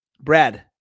brad